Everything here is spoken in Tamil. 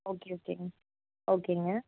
ஓகே ஓகேங்க ஓகேங்க